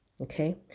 Okay